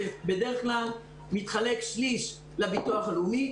זה בדרך-כלל מתחלק שליש לביטוח הלאומי,